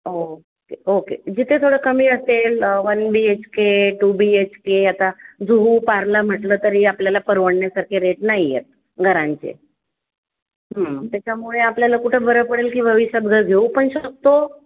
okay okay जिथे थोडं कमी असेल one B H K two B H K आता जुहू पार्ला म्हटलं तरी आपल्याला परवडण्यासारखे रेट नाही आहेत घरांचे त्याच्यामुळे आपल्याला कुठं बरं पडेल की भविष्यात घर घेऊ पण शकतो